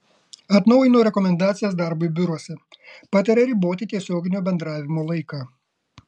atnaujino rekomendacijas darbui biuruose pataria riboti tiesioginio bendravimo laiką